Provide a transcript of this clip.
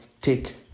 Take